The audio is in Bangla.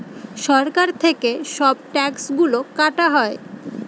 সরকার থেকে সব ট্যাক্স গুলো কাটা হয়